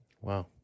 Wow